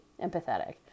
empathetic